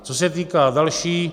Co se týká dalšího.